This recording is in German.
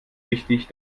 wichtig